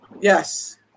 Yes